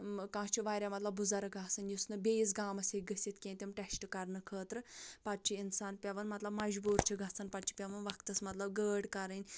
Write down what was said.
کانٛہہ چھُ واریاہ مطلب بُزرٕگ آسان یُس نہٕ بیٚیِس گامَس ہٮ۪کہِ گٔژھِتھ کیٚنٛہہ تِم ٹٮ۪سٹہٕ کَرنہٕ خٲطرٕ پَتہٕ چھُ اِنسان پٮ۪وان مطلب مَجبوٗر چھُ گژھان پَتہٕ چھُ پٮ۪وان وقتَس مطلب گٲڑۍ کَرٕنۍ